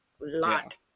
Lot